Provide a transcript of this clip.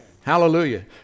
Hallelujah